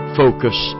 focus